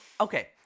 okay